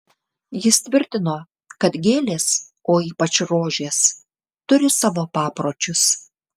jis tvirtino kad gėlės o ypač rožės turi savo papročius